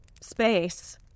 space